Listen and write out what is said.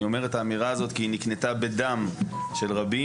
אני אומר את האמירה הזאת כי היא נקנתה בדם של רבים.